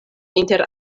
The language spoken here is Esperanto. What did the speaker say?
inter